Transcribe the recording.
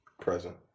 present